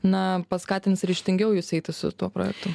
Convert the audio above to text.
na paskatins ryžtingiau jus eiti su tuo projektu